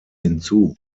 hinzu